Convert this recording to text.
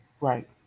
Right